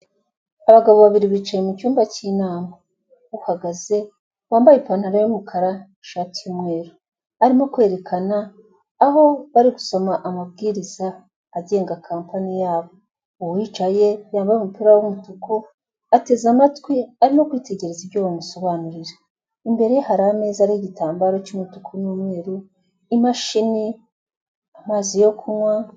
Abagabo babiri bicaye mu cyumba cy'inama. Uhagaze wambaye ipantaro y'umukara n'ishati y'umweru, arimo kwerekana aho bari gusoma amabwiriza agenga kampani yabo, uwicaye wambaye umupira w'umutuku, ateze amatwi arimo kwitegereza ibyo bamusobanurira. Imbere ye hari ameza ariho igitambaro cy'umutuku n'umweru, imashini, amazi yo kunywa...